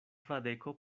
fradeko